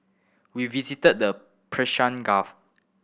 we visited the Persian Gulf